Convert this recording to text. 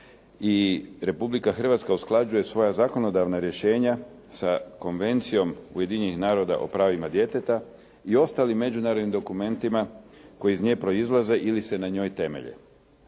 i Republika Hrvatska usklađuje svoja zakonodavna rješenja sa konvencijom Ujedinjenih naroda o pravima djeteta i ostalim međunarodnim dokumentima koji iz nje proizlaze ili se na njoj temelje.